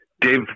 Dave